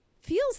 feels